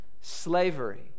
Slavery